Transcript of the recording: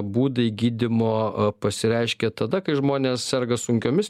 būdai gydymo pasireiškia tada kai žmonės serga sunkiomis